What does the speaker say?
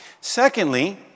secondly